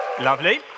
Lovely